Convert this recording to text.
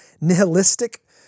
nihilistic